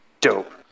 Dope